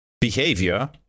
behavior